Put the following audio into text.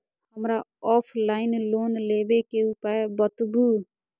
हमरा offline loan लेबे के उपाय बतबु?